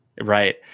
Right